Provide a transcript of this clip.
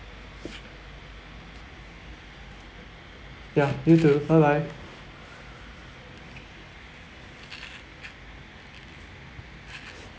yeah you too bye bye